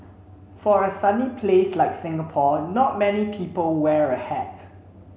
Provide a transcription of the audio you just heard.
for a sunny place like Singapore not many people wear a hat